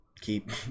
keep